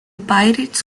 pirates